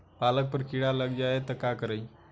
पालक पर कीड़ा लग जाए त का करी?